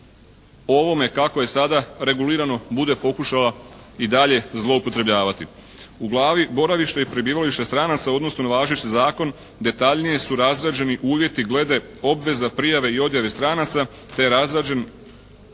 po ovome kako je sada regulirano, bude pokušala i dalje zloupotrebljavati. U glavi boravište i prebivalište stranaca u odnosu na važeći zakon, detaljni su razrađeni uvjeti glede obveza prijave i odjave stranaca te razrađen